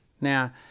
Now